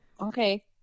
Okay